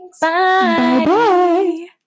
Bye